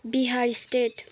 Bihar state